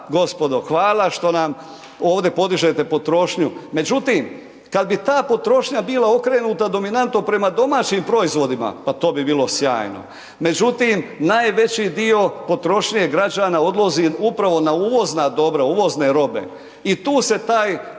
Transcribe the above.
hvala što nam ovdje podižete potrošnju. Međutim, kada bi ta potrošnja bila okrenuta dominantno prema domaćim proizvodima, pa to bi bilo sjajno. Međutim, najveći dio potrošnje građana odlazi upravo na uvozna dobra, uvozne robe i tu se taj